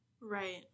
Right